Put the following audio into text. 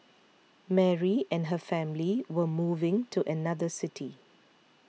Mary and her family were moving to another city